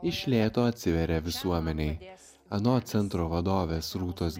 iš lėto atsiveria visuomenei anot centro vadovės rūtos